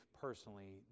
personally